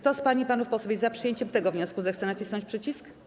Kto z pań i panów posłów jest za przyjęciem tego wniosku, zechce nacisnąć przycisk.